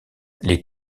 les